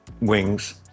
wings